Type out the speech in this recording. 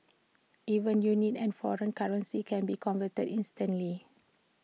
even units and foreign currencies can be converted instantly